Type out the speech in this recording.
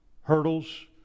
hurdles